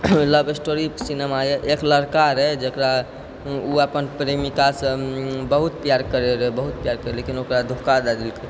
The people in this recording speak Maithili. लव स्टोरी सिनेमा यऽ एक लड़का रहै जकरा उ अपन प्रेमिकासँ बहुत प्यार करै रहै बहुत प्यार करै रहै लेकिन ओकरा धोखा दए देलकै